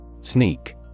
Sneak